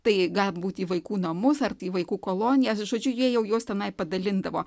tai gali būti vaikų namus ar vaikų kolonijas žodžiu jie jau juos tenai padalindavo